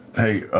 hey,